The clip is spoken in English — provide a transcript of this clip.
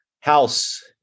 House